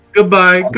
Goodbye